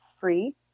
free